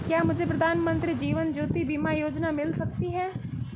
क्या मुझे प्रधानमंत्री जीवन ज्योति बीमा योजना मिल सकती है?